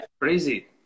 Crazy